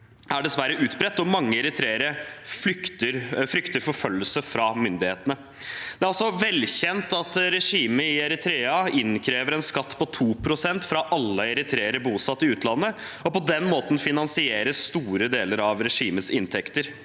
er dessverre utbredt, og mange eritreere frykter forfølgelse fra myndighetene. Det er også velkjent at regimet i Eritrea innkrever en skatt på 2 pst. fra alle eritreere bosatt i utlandet, og på den måten finansieres store deler av regimets inntekter.